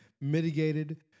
mitigated